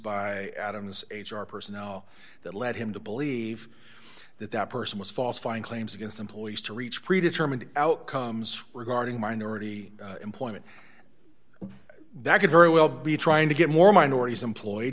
by adam's h r personnel that led him to believe that that person was falsifying claims against employees to reach pre determined outcomes were guarding minority employment that could very well be trying to get more minorities